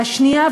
והשנייה,